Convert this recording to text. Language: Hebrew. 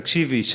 תקשיבי,